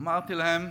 אמרתי להם,